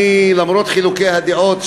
למרות חילוקי הדעות,